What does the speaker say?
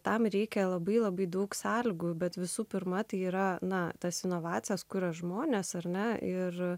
tam reikia labai labai daug sąlygų bet visų pirma tai yra na tas inovacijas kuria žmonės ar ne ir